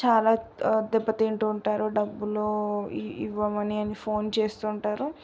చాలా దెబ్బ తింటూ ఉంటారు డబ్బులు ఇవ్వమని ఫోన్ చేస్తుంటారు